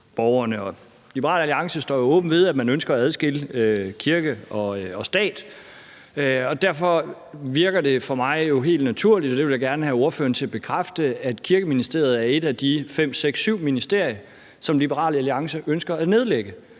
skatteborgerne. Liberal Alliance står jo åbent ved, at man ønsker at adskille kirke og stat. Derfor virker det for mig jo helt naturligt, og det vil jeg gerne have ordføreren til at bekræfte, at Kirkeministeriet er et af de fem, seks, syv ministerier, som Liberal Alliance ønsker at nedlægge.